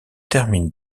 termine